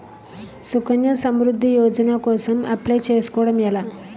సుకన్య సమృద్ధి యోజన కోసం అప్లయ్ చేసుకోవడం ఎలా?